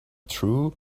true